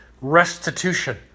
restitution